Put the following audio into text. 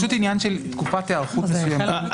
פשוט עניין של תקופת היערכות מסוימת.